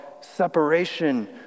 separation